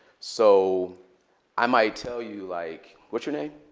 so i might tell you, like, what's your name?